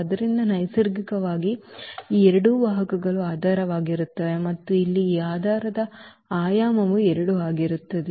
ಆದ್ದರಿಂದ ನೈಸರ್ಗಿಕವಾಗಿ ಈ ಎರಡು ವಾಹಕಗಳು ಆಧಾರವಾಗಿರುತ್ತವೆ ಮತ್ತು ಇಲ್ಲಿ ಈ ಆಧಾರದ ಆಯಾಮವು ಎರಡು ಆಗಿರುತ್ತದೆ